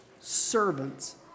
servants